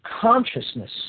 consciousness